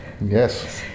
Yes